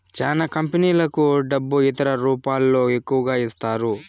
చానా కంపెనీలకు డబ్బు ఇతర రూపాల్లో ఎక్కువగా ఇస్తారు